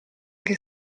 che